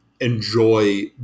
enjoy